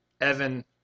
Evan